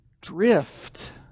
drift